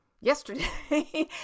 yesterday